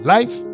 Life